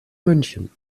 münchen